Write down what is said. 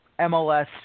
MLS